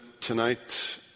tonight